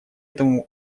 этому